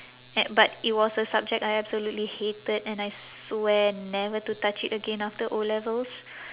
at but it was a subject I absolutely hated and I swear never to touch it again after O-levels